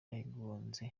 yagonze